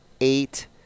eight